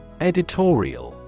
Editorial